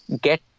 get